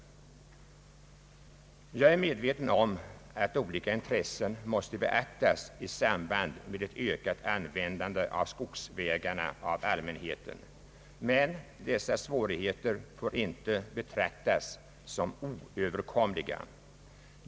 Jag är medveten om att olika intressen måste beaktas i samband med ett ökat användande av skogsvägarna av allmänheten, men dessa svårigheter får inte betraktas som oöverkomliga.